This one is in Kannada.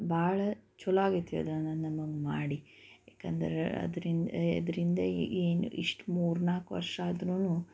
ಭಾಳ ಚಲೋ ಆಗೈತಿ ಅದನ್ನೊಂದನ್ನು ಮಾಡಿ ಏಕೆಂದರೆ ಅದರಿಂದ ಅದರಿಂದ ಏನು ಇಷ್ಟು ಮೂರು ನಾಲ್ಕು ವರ್ಷಾದ್ರೂ